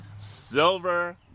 Silver